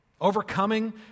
Overcoming